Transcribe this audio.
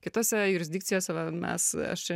kitose jurisdikcijose va mes aš